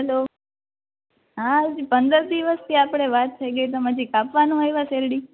hello હા હજી પંદર દિવસ થયા આપડે વાત થઈ ગઈ તમ હજી કાપવા નો આઇવા શેરડી